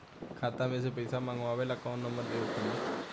खाता मे से पईसा मँगवावे ला कौन नंबर देवे के पड़ी?